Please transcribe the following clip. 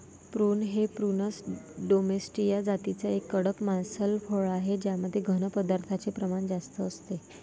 prune हे prunus domestica जातीचे एक कडक मांसल फळ आहे ज्यामध्ये घन पदार्थांचे प्रमाण जास्त असते